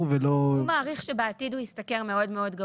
אני רוצה לשאול